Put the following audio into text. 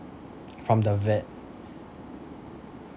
from the vet